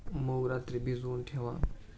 मूग रात्री भिजवून ठेवा